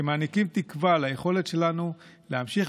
שמעניקים תקווה ליכולת שלנו להמשיך